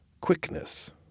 quickness